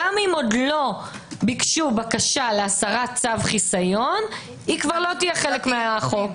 גם אם עוד לא ביקשו בקשה להגשת צו חיסון היא לא תהיה חלק מהחוק.